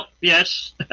yes